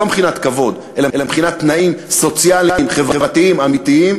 ולא מבחינת כבוד אלא מבחינת תנאים סוציאליים חברתיים אמיתיים,